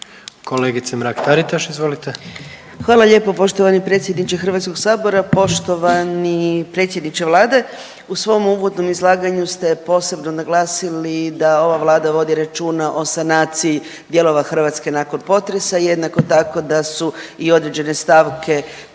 izvolite. **Mrak-Taritaš, Anka (GLAS)** Hvala lijepo poštovani predsjedniče Hrvatskog sabora, poštovani predsjedniče Vlade. U svom uvodnom izlaganju ste posebno naglasili da ova Vlada vodi računa o sanaciji dijelova Hrvatske nakon potresa. Jednako tako da su i određene stavke